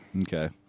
Okay